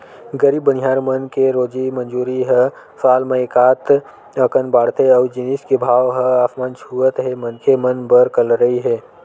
गरीब बनिहार मन के रोजी मंजूरी ह साल म एकात अकन बाड़थे अउ जिनिस के भाव ह आसमान छूवत हे मनखे मन बर करलई हे